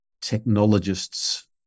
Technologists